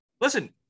Listen